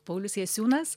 paulius jasiūnas